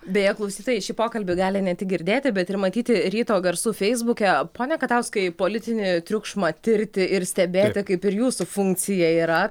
beje klausytojai šį pokalbį gali ne tik girdėti bet ir matyti ryto garsų feisbuke pone katauskai politinį triukšmą tirti ir stebėti kaip ir jūsų funkcija yra